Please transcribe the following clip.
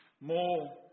more